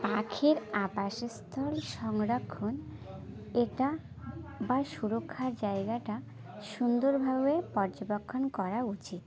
পাখির আবাসস্থল সংরক্ষণ এটা বা সুরক্ষার জায়গাটা সুন্দর ভাবে পর্যবেক্ষণ করা উচিত